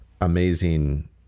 amazing